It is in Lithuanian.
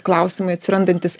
klausimai atsirandantys